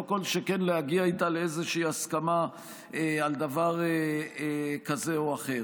כל שכן להגיע איתה לאיזושהי הסכמה על דבר כזה או אחר.